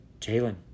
Jalen